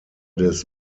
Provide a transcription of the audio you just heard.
des